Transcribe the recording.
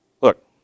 Look